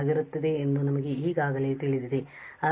ಆಗಿರುತ್ತದೆ ಎಂದು ನಮಗೆ ಈಗಾಗಲೇ ತಿಳಿದಿದೆ